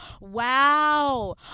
Wow